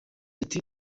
ati